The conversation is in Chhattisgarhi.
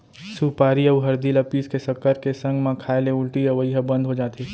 सुपारी अउ हरदी ल पीस के सक्कर के संग म खाए ले उल्टी अवई ह बंद हो जाथे